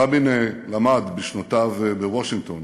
רבין למד בשנותיו בוושינגטון